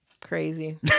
Crazy